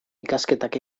ikasketak